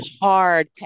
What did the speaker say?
hard